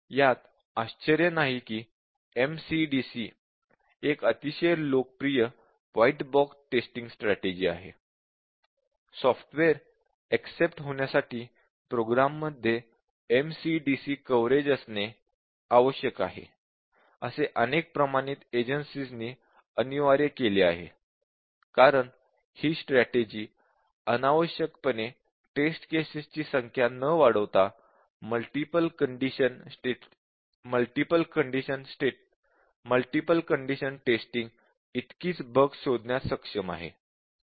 यात आश्चर्य नाही की MCDC एक अतिशय लोकप्रिय व्हाईट बॉक्स टेस्टिंग स्ट्रॅटेजि आहे सॉफ्टवेअर एकसेप्ट होण्यासाठी प्रोग्राममध्ये MCDC कव्हरेज असणे आवश्यक आहे असे अनेक प्रमाणित एजन्सींनी अनिवार्य केले आहे कारण ही स्ट्रॅटेजि अनावश्यकपणे टेस्ट केसेस ची संख्या न वाढवता मल्टिपल कंडीशन टेस्टिंग इतकीच बग शोधण्यात सक्षम आहे